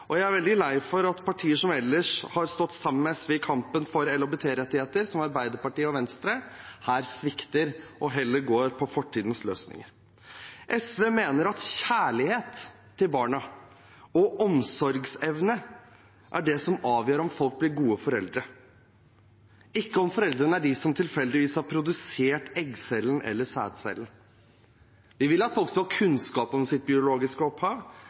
framtiden. Jeg er veldig lei for at partier som ellers har stått sammen med SV i kampen for LHBT-rettigheter, som Arbeiderpartiet og Venstre, her svikter og heller går for fortidens løsninger. SV mener at kjærlighet til barna og omsorgsevne er det som avgjør om folk blir gode foreldre, ikke om foreldrene er de som tilfeldigvis har produsert eggcellen eller sædcellen. Vi vil at folk skal ha kunnskap om sitt biologiske opphav,